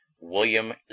William